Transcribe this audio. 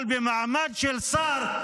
אבל במעמד של שר,